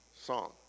song